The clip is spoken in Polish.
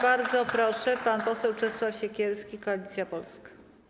Bardzo proszę, pan poseł Czesław Siekierski, Koalicja Polska.